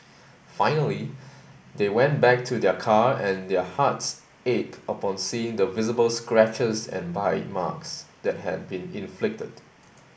finally they went back to their car and their hearts ached upon seeing the visible scratches and bite marks that had been inflicted